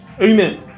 Amen